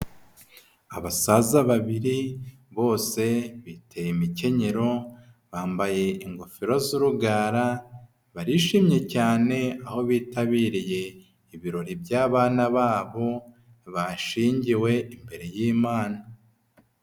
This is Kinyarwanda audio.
Abasaza babiri bose biteye imikenyero bambaye ingofero z'urugara, barishimye cyane, aho bitabiriye ibirori by'abana babo bashyingiwe imbere y'imana.